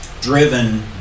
driven